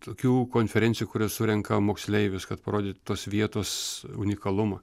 tokių konferencijų kurios surenka moksleivius kad parodyt tos vietos unikalumą